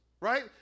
right